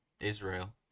Israel